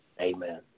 Amen